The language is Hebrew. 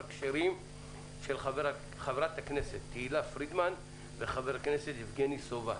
כשרים של חברת הכנסת תהלה פרידמן ושל חבר הכנסת יבגני סובה".